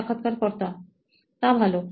সাক্ষাৎকারকর্তা তা ভালো